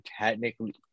technically